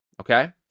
Okay